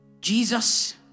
Jesus